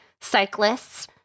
cyclists